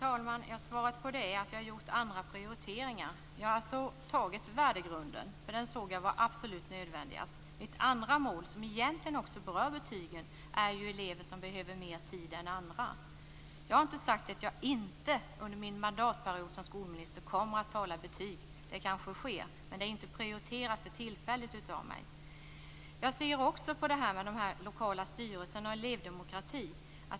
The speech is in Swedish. Herr talman! Svaret på det är att jag har gjort andra prioriteringar. Jag har alltså tagit mig an värdegrunden, för det såg jag var absolut mest nödvändigt. Mitt andra mål, som egentligen också berör betygen, är elever som behöver mer tid än andra. Jag har inte sagt att jag inte under min mandatperiod som skolminister kommer att tala betyg. Det kanske sker. Men det är för tillfället inte prioriterat av mig. Jag ser också på de lokala styrelserna och elevdemokratin.